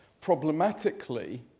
problematically